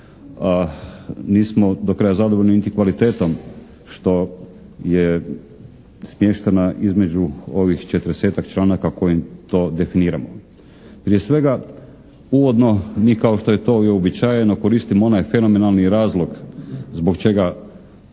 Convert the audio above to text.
Nismo do kraja zadovoljni niti kvalitetom što je smještena između ovih 40-tak članaka kojim to definiramo. Prije svega uvodno mi, kao što je to i uobičajeno koristimo onaj fenomenalni razlog zbog čega